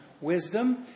wisdom